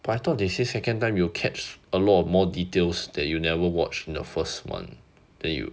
but I thought they say second time you will catch a lot of more details that you never watch the first one then you